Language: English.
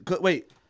Wait